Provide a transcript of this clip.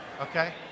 Okay